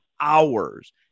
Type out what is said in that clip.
hours